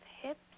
hips